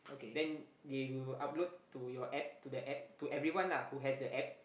then they will upload to your App to the App to everyone lah who has the App